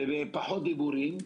פחות דיבורים.